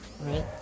right